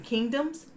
Kingdoms